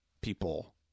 people